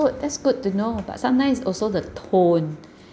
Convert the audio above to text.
that's good to know but sometimes it's also the tone